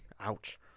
Ouch